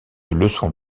leçon